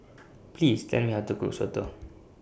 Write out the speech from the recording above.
Please Tell Me How to Cook Soto